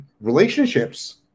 relationships